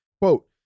Quote